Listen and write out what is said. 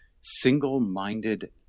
single-minded